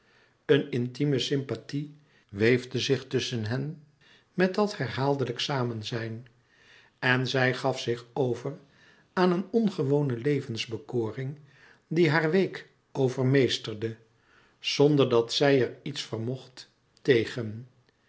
een intieme sympathie weefde zich tusschen hen met dat herhaaldelijk samenzijn en zij gaf zich over aan een ongewone levensbekoring die haar week overmeesterde zonderdat zij er iets vermocht tegen